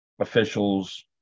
Officials